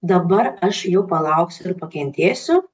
dabar aš jau palauksiu ir pakentėsiu